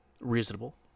reasonable